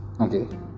Okay